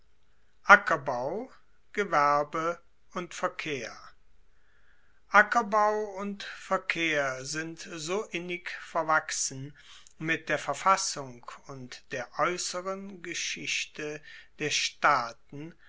ackerbau gewerbe und verkehr ackerbau und verkehr sind so innig verwachsen mit der verfassung und der aeusseren geschichte der staaten